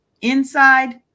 inside